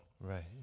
Right